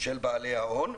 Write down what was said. של בעלי ההון.